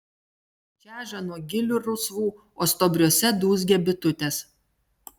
čeža nuo gilių rusvų o stuobriuose dūzgia bitutės